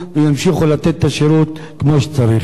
וימשיכו לתת את השירות כמו שצריך.